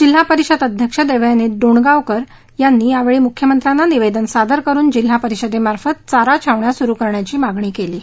जिल्हा परिषद अध्यक्ष देवयानी डोणगांवकर यांनी यावेळी मुख्यमंत्र्यांना निवेदन सादर करून जिल्हा परिषदेमार्फत चारा छावण्या सुरू करण्याची मागणी केली आहे